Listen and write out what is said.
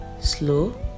slow